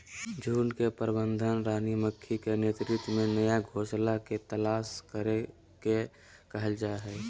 झुंड के प्रबंधन रानी मक्खी के नेतृत्व में नया घोंसला के तलाश करे के कहल जा हई